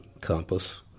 compass